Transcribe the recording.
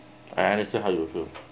I understand how you feel